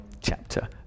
chapter